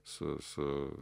su su